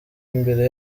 imbere